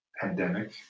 pandemic